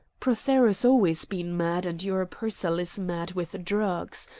prothero's always been mad, and your pearsall is mad with drugs.